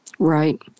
Right